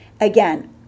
Again